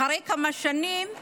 אחרי כמה שנים,